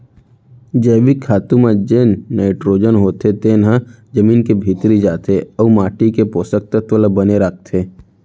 जैविक खातू म जेन नाइटरोजन होथे तेन ह जमीन के भीतरी जाथे अउ माटी के पोसक तत्व ल बने राखथे